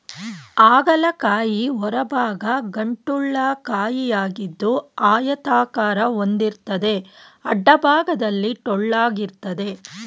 ಹಾಗಲ ಕಾಯಿ ಹೊರಭಾಗ ಗಂಟುಳ್ಳ ಕಾಯಿಯಾಗಿದ್ದು ಆಯತಾಕಾರ ಹೊಂದಿರ್ತದೆ ಅಡ್ಡಭಾಗದಲ್ಲಿ ಟೊಳ್ಳಾಗಿರ್ತದೆ